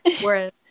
Whereas